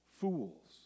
fools